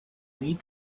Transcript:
need